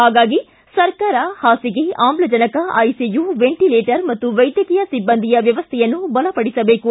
ಹಾಗಾಗಿ ಸರ್ಕಾರ ಹಾಸಿಗೆ ಆಮ್ಲಜನಕ ಐಸಿಯು ವೆಂಟಲೇಟರ್ ಮತ್ತು ವೈದ್ಯಕೀಯ ಸಿಬ್ಬಂದಿಯ ವ್ಯವಸ್ಥೆಯನ್ನು ಬಲಪಡಿಸಬೇಕು